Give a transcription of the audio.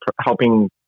helping